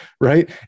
right